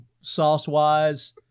sauce-wise